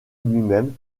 même